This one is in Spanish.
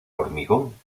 hormigón